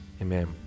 amen